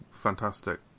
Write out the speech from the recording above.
fantastic